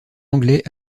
anglais